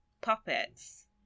puppets